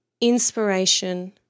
inspiration